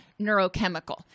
neurochemical